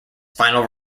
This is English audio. final